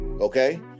Okay